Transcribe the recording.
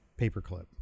paperclip